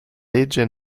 legge